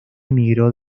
emigró